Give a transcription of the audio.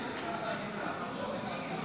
התשפ"ד 2024,